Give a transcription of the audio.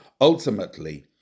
Ultimately